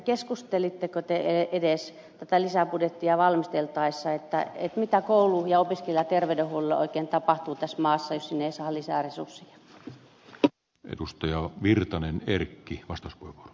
keskustelitteko te edes tätä lisäbudjettia valmisteltaessa mitä koulu ja opiskelijaterveydenhuollolle oikein tapahtuu tässä maassa jos sinne ei saada lisää resursseja